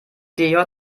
djh